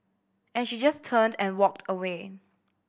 and she just turned and walked away